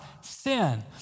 Sin